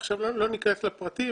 לא ניכנס לפרטים